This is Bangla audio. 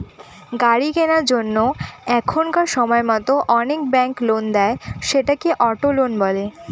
গাড়ি কেনার জন্য এখনকার সময়তো অনেক ব্যাঙ্ক লোন দেয়, সেটাকে অটো লোন বলে